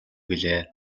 билээ